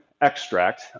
extract